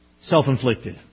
Self-inflicted